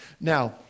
Now